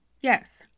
yes